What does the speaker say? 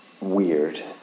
weird